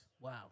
Wow